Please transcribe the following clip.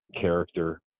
character